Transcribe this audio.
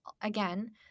again